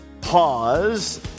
pause